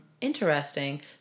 interesting